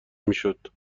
میشد